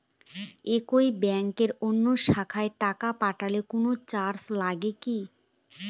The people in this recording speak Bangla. একই ব্যাংকের অন্য শাখায় টাকা পাঠালে কোন চার্জ লাগে কি?